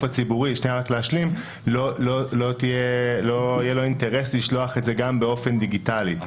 הציבורי לא יהיה אינטרס לשלוח את זה גם באופן דיגיטלי.